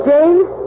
James